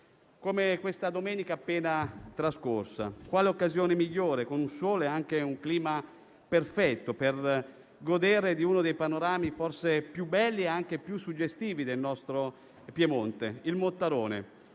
come la domenica appena trascorsa. Quale occasione migliore, con un sole e un clima perfetti, per godere di uno dei panorami forse più belli e suggestivi del nostro Piemonte, il Mottarone?